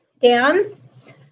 danced